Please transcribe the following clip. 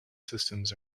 systems